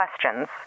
questions